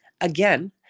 again